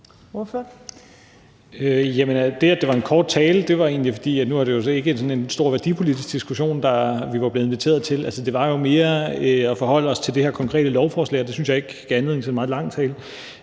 Det, at det var en kort tale, var egentlig, fordi det nu ikke var sådan en stor værdipolitisk diskussion, vi var blevet inviteret til. Altså, det handlede jo mere om at forholde sig til det her konkrete lovforslag, og det synes jeg ikke gav anledning til en meget lang tale.